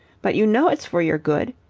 but you know it's for your good.